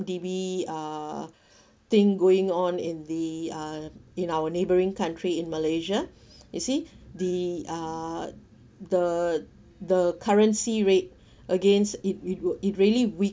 D_B uh thing going on in the uh in our neighbouring country in malaysia you see the uh the the currency rate against it it will it really weaken